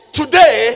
today